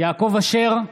יעקב אשר,